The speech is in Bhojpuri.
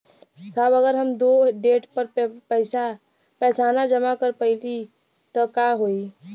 साहब अगर हम ओ देट पर पैसाना जमा कर पाइब त का होइ?